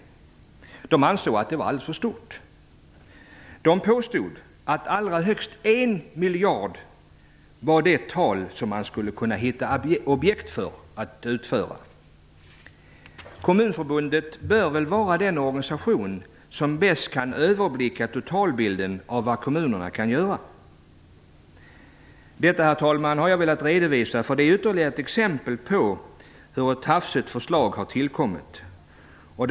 Man ansåg att det var alldeles för stort. Man påstod att det skulle gå att hitta objekt att allergisanera för allra högst 1 miljard. Kommunförbundet bör väl vara den organisation som bäst kan överblicka vad kommunerna kan göra! Detta, herr talman, har jag velat redovisa därför att det är ytterligare ett exempel på hur hafsigt förslaget har kommit till.